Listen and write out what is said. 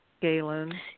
Galen